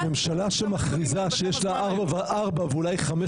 ממשלה שמכריזה שיש לה ארבע ואולי חמש